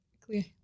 clear